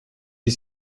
des